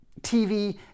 TV